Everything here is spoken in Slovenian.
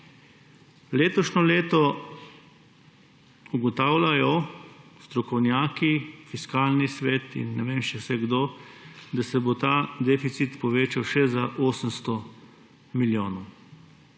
letošnje leto, ugotavljajo strokovnjaki, Fiskalni svet in ne vem, kdo še vse, se bo ta deficit povečal še za 800 milijonov.